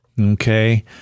Okay